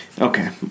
Okay